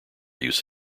use